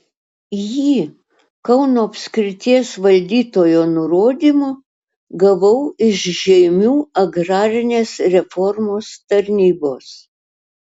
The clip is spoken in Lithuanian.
jį kauno apskrities valdytojo nurodymu gavau iš žeimių agrarinės reformos tarnybos